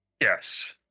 Yes